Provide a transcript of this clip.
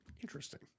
Interesting